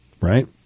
Right